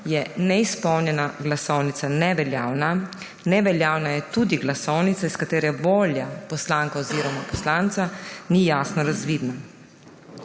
je neizpolnjena glasovnica neveljavna. Neveljavna je tudi glasovnica, iz katere volja poslanke oziroma poslanca ni jasno razvidna.